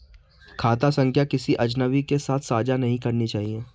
खाता संख्या किसी अजनबी के साथ साझा नहीं करनी चाहिए